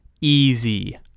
Easy